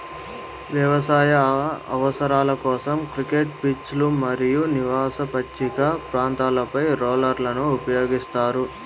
వ్యవసాయ అవసరాల కోసం, క్రికెట్ పిచ్లు మరియు నివాస పచ్చిక ప్రాంతాలపై రోలర్లను ఉపయోగిస్తారు